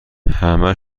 همه